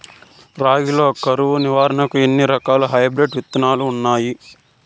రాగి లో కరువు నివారణకు ఎన్ని రకాల హైబ్రిడ్ విత్తనాలు ఉన్నాయి